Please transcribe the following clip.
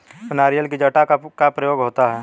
नारियल की जटा का क्या प्रयोग होता है?